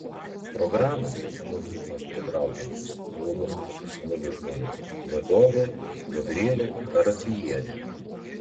programos į mokyklas pritraukiančios jaunus profesionalius žmones vadovė gabrielė characiejienė